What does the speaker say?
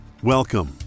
Welcome